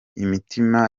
imitima